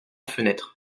fenêtre